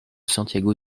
santiago